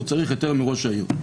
הוא צריך היתר מראש העיר,